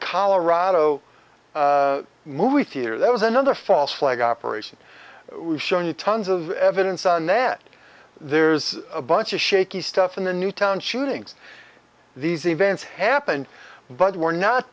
colorado movie theater that was another false flag operation we've shown you tons of evidence on that there's a bunch of shaky stuff in the newtown shootings these events happened but we're not